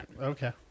okay